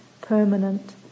permanent